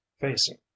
facing